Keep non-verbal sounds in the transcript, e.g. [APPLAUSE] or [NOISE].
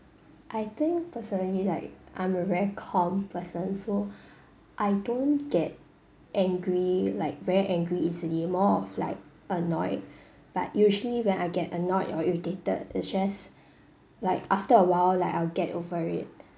I think personally like I'm a very calm person so [BREATH] I don't get angry like very angry easily more of like annoyed [BREATH] but usually when I get annoyed or irritated it just like after a while like I'll get over it